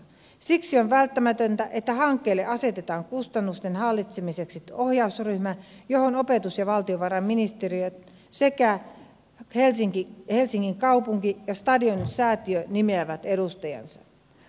siksi on välttämätöntä että hankkeelle asetetaan kustannusten hallitsemiseksi ohjausryhmä johon opetus ja valtiovarainministeriö sekä helsingin kaupunki ja stadion säätiö nimeävät edustajansa